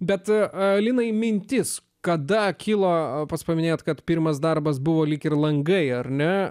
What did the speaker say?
bet alinai mintis kada kilo o pats paminėjote kad pirmas darbas buvo lyg ir langai ar ne